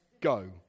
go